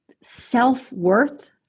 self-worth